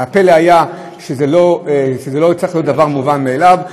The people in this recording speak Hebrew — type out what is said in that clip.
הפלא היה שזה לא הצטרך להיות דבר מובן מאליו.